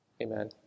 Amen